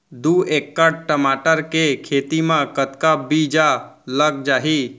दू एकड़ टमाटर के खेती मा कतका बीजा लग जाही?